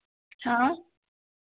हाँ